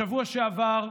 בשבוע שעבר,